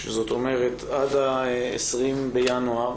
כל העניינים שקשורים למעבדה ודגימה לא מעודכנים.